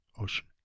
Ocean